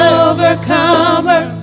overcomer